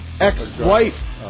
ex-wife